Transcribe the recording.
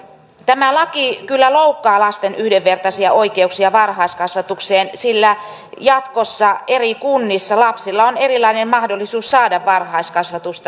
tämä laki kyllä loukkaa lasten yhdenvertaisia oikeuksia varhaiskasvatukseen sillä jatkossa eri kunnissa lapsilla on erilainen mahdollisuus saada varhaiskasvatusta